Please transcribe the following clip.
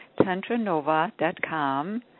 TantraNova.com